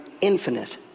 infinite